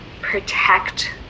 protect